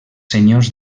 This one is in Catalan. senyors